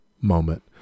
moment